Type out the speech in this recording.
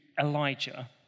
Elijah